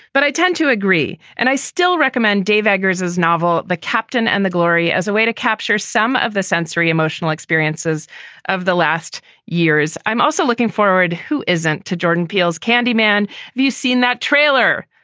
but i tend to agree and i still recommend dave eggers as novel the captain and the glory as a way to capture some of the sensory emotional experiences of the last years. i'm also looking forward who isn't to jordan peel's candy man you see in that trailer?